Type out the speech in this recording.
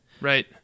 Right